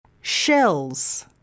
Shells